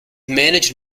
managed